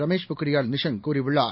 ரமேஷ் பொக்ரியால் நிஷாங் கூறியுள்ளார்